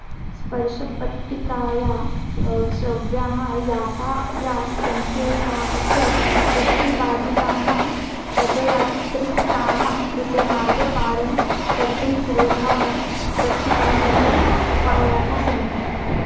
स्पर्शपट्टिकाः श्रव्याः यातायातसङ्केताः च दृष्टिबाधितानां पदयात्रिकाणां कृते मार्गं पारं कर्तुं सुलभाः सुरक्षिताः च उपायाः सन्ति